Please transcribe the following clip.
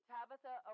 Tabitha